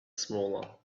smaller